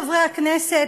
חברי הכנסת,